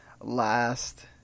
last